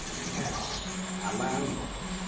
yes! a landlord.